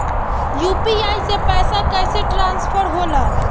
UPI से पैसा कैसे ट्रांसफर होला?